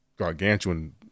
Gargantuan